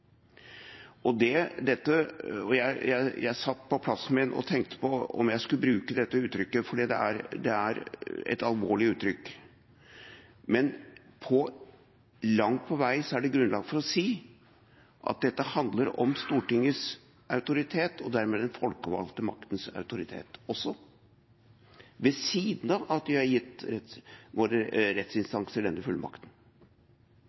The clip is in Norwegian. Jeg satt på plassen min og tenkte på om jeg skulle bruke dette uttrykket, for det er et alvorlig uttrykk, men langt på vei er det grunnlag for å si at dette handler om Stortingets autoritet og dermed den folkevalgte maktens autoritet også – ved siden av at vi har gitt våre